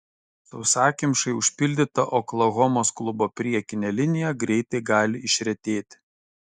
sausakimšai užpildyta oklahomos klubo priekinė linija greitai gali išretėti